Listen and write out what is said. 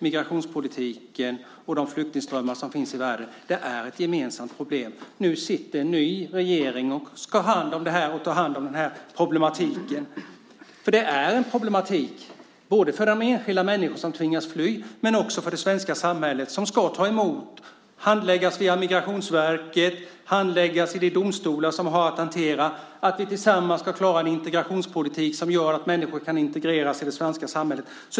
Migrationspolitiken och flyktingströmmarna i världen är ett gemensamt problem. Nu sitter en ny regering som ska ta hand om problemen. Det är ett problem både för de enskilda människor som tvingas fly och för det svenska samhället. De ska tas emot, handläggas via Migrationsverket och handläggas i de domstolar som har att hantera frågan. Tillsammans ska vi klara en integrationspolitik som gör att människor kan integreras i det svenska samhället.